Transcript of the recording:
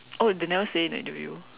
oh they never say in the interview